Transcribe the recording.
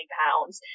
pounds